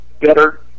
better